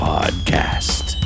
Podcast